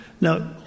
Now